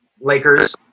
Lakers